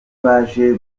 baje